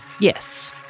Yes